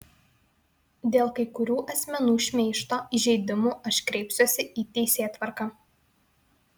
dėl kai kurių asmenų šmeižto įžeidimų aš kreipsiuosi į teisėtvarką